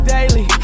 Daily